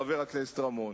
חבר הכנסת רמון.